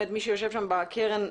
מי שיושב שם בקרן,